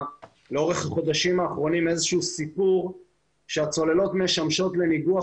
לאורך החודשים האחרונים איזשהו סיפור שהצוללות משמשות לניגוח